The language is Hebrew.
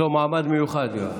מעמד מיוחד אצלנו.